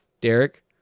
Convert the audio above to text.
Derek